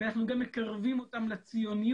ואנחנו גם מקרבים אותם לציונות